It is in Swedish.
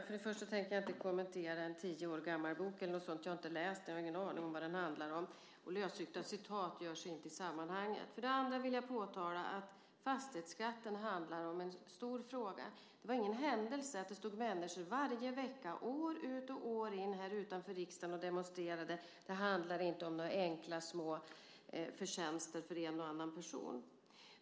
Fru talman! Jag tänker inte kommentera en tio år gammal bok. Jag har inte läst den och har ingen aning om vad den handlar om. Lösryckta citat gör sig inte i sammanhanget. Jag vill påtala att fastighetsskatten är en stor fråga. Det var ingen händelse att det varje vecka år ut och år in stod människor utanför riksdagen och demonstrerade. Det handlar inte om några enkla små förtjänster för en och annan person.